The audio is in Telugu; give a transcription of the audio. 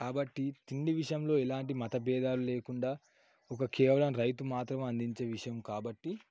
కాబట్టి తిండి విషయంలో ఎలాంటి మత భేదాలు లేకుండా ఒక కేవలం రైతు మాత్రమే అందించే విషయం కాబట్టి